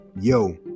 Yo